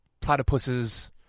platypuses